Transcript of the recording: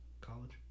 college